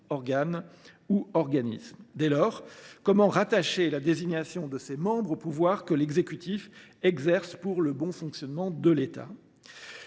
Dès lors, comment rattacher la désignation de ses membres au pouvoir que l’exécutif exerce pour le bon fonctionnement de l’État ?